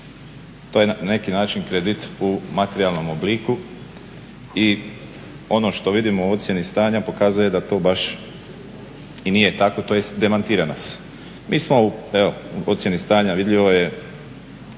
To je na neki način kredit u materijalnom obliku i ono što vidim u ocjeni stanja pokazuje da to baš i nije tako, tj. demantiran nas. Mi smo, u, evo ocjeni stanja vidljivo je